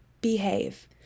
Behave